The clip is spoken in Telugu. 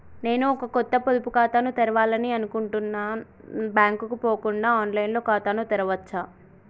నేను ఒక కొత్త పొదుపు ఖాతాను తెరవాలని అనుకుంటున్నా బ్యాంక్ కు పోకుండా ఆన్ లైన్ లో ఖాతాను తెరవవచ్చా?